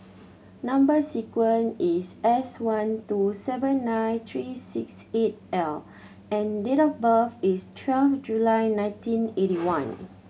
number sequence is S one two seven nine three six eight L and date of birth is twelve July nineteen eighty one